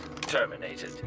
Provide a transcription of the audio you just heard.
terminated